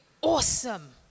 awesome